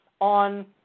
on